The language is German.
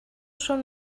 schon